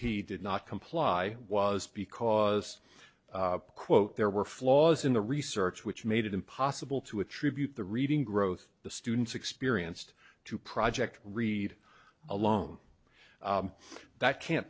p did not comply was because quote there were flaws in the research which made it impossible to attribute the reading growth the students experienced to project read alone that can't